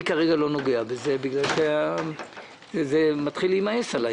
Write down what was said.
אני כרגע לא נוגע בזה בגלל שכל העניין הזה מתחיל להימאס עלי,